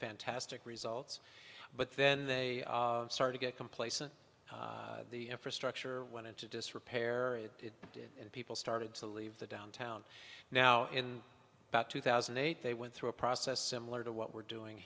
fantastic results but then they start to get complacent the infrastructure went into disrepair and people started to leave the downtown now in about two thousand and eight they went through a process similar to what we're doing